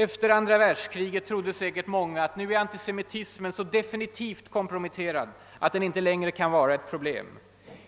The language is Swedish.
Efter andra världskriget trodde säkert många att antisemitismen var så definitivt komprometterad att den inte längre kunde vara ett problem.